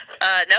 No